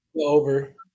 Over